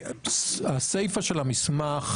הסייפא של המסמך,